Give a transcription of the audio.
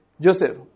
Joseph